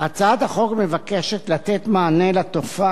הצעת החוק מבקשת לתת מענה לתופעה